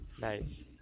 Nice